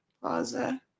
Plaza